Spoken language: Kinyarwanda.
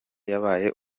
yabaye